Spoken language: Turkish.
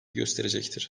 gösterecektir